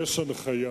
יש הנחיה,